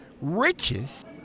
riches